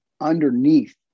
underneath